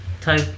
type